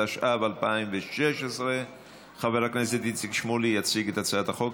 התשע"ו 2016. חבר הכנסת איציק שמולי יציג את הצעת החוק.